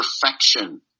perfection